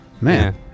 Man